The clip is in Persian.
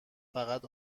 فقط